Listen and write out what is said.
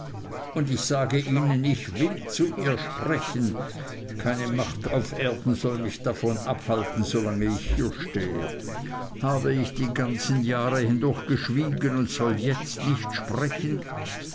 und ich sage ihnen ich will zu ihr sprechen keine macht auf erden soll mich davon abhalten solange ich hier stehe habe ich die ganzen jahre hindurch geschwiegen und soll jetzt nicht sprechen